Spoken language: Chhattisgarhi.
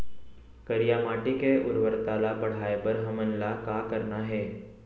करिया माटी के उर्वरता ला बढ़ाए बर हमन ला का करना हे?